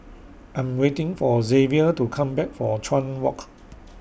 I Am waiting For Xavier to Come Back from Chuan Walk